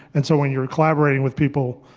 and so when you're collaborating with people,